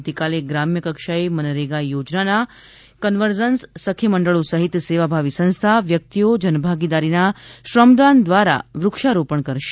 આવતીકાલે ગ્રામ્યકક્ષાએ મનરેગા યોજનાના કન્વર્જન્સ સખી મંડળો સહિત સેવાભાવી સંસ્થા વ્યક્તિઓ જનભાગીદારીના શ્રમદાન દ્વારા વૃક્ષારોપણ કરશે